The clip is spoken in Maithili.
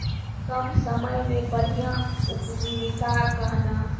कम समय मे बढ़िया उपजीविका कहना?